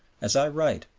as i write,